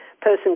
person